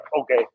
okay